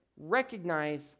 recognize